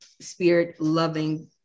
spirit-loving